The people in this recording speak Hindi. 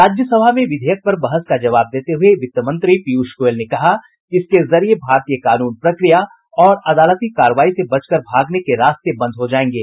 राज्यसभा में विधेयक पर बहस का जवाब देते हुए वित्त मंत्री पीयूष गोयल ने कहा कि इसके जरिए भारतीय कानून प्रक्रिया और अदालती कार्रवाई से बचकर भागने के रास्ते बंद हो जायेंगे